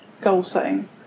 goal-setting